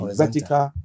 vertical